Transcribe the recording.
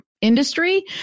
industry